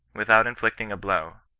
without inflicting a blow,